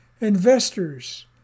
Investors